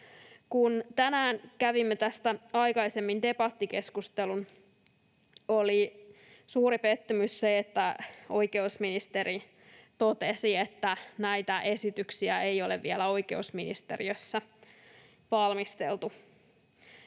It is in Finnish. Kun tänään kävimme tästä aikaisemmin debattikeskustelun, oli suuri pettymys se, että oikeusministeri totesi, että näitä esityksiä ei ole vielä oikeusministeriössä valmisteltu.